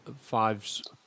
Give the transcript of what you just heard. fives